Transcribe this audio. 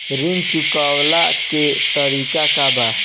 ऋण चुकव्ला के तरीका का बा?